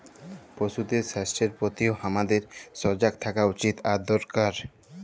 পশুদের স্বাস্থ্যের প্রতিও হামাদের সজাগ থাকা উচিত আর দরকার